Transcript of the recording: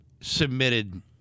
submitted